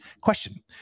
question